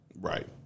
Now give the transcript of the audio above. Right